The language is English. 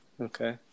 Okay